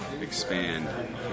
expand